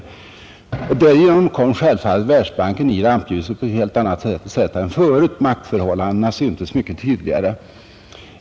Därigenom kom självfallet Världsbanken i rampljuset på ett helt annat sätt än förut; maktförhållandena syntes mycket tydligare.